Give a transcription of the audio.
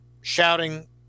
shouting